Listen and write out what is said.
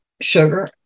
sugar